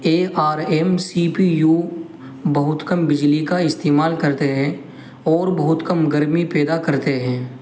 اے R M C P U بہت کم بجلی کا استعمال کرتے ہیں اور بہت کم گرمی پیدا کرتے ہیں